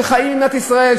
שחיים במדינת ישראל,